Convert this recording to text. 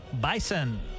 bison